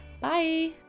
bye